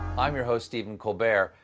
i'm your host stephen colbert.